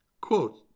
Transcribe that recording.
Quote